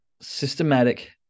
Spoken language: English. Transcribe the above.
systematic